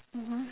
mmhmm